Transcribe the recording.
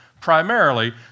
primarily